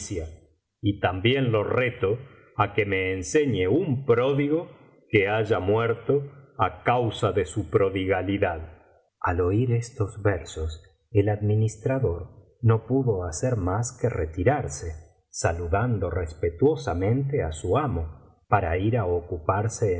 y también lo reto á que me enseñe un pródigo que liaya muerto á causa de m prodigalidad al oír estos versos el administrador no pudo hacer mas que retirarse saludando respetuosamente á su amo para ir á ocuparse